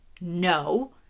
No